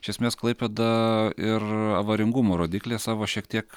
iš esmės klaipėda ir avaringumo rodiklyje savo šiek tiek